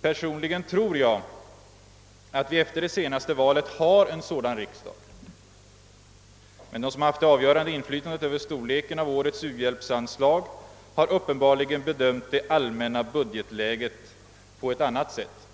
Personligen tror jag att vi nu efter det senaste valet har en sådan riksdag. Men de som har haft det avgörande inflytandet över storleken av årets u-hjälpsanslag har uppenbarligen bedömt »det allmänna budgetläget» på annat sätt.